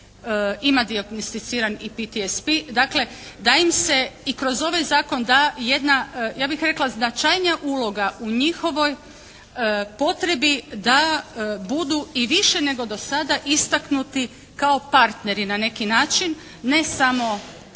ima dijagnosticiran i PTSP. Dakle da im se i kroz ovaj zakon da jedna ja bih rekla značajnija uloga u njihovoj potrebi da budu i više nego do sada istaknuti kao partneri na neki način ne samo